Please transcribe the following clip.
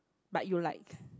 but you like